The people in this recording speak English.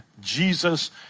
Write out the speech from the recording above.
Jesus